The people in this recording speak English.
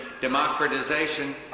democratization